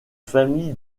famille